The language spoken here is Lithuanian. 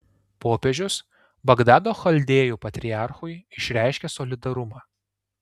popiežius bagdado chaldėjų patriarchui išreiškė solidarumą